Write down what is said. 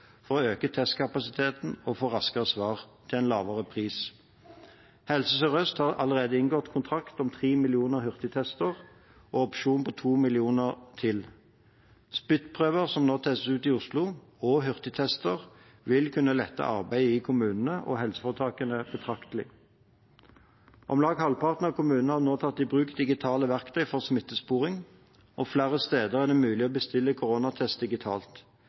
for å øke testkapasiteten og få raskere svar – til en lavere pris. Helse Sør-Øst har allerede inngått kontrakt om 3 millioner hurtigtester og opsjon på 2 millioner til. Spyttprøver, som nå testes ut i Oslo, og hurtigtester vil kunne lette arbeidet i kommunene og for helseforetakene betraktelig. Om lag halvparten av kommunene har nå tatt i bruk digitale verktøy for smittesporing, og flere steder er det mulig å bestille koronatest digitalt.